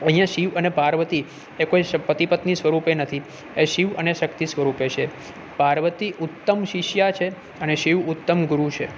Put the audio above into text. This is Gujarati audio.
અહીંયાં શિવ અને પાર્વતી એ કોઈ પતિ પત્ની સ્વરૂપે નથી એ શિવ અને શક્તિ સ્વરૂપે છે પાર્વતી ઉત્તમ શિષ્યા છે અને શિવ ઉત્તમ ગુરુ છે